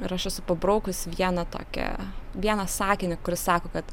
ir aš esu pabraukus vieną tokią vieną sakinį kuris sako kad